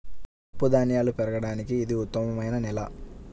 పప్పుధాన్యాలు పెరగడానికి ఇది ఉత్తమమైన నేల